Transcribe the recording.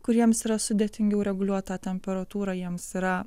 kuriems yra sudėtingiau reguliuot tą temperatūrą jiems yra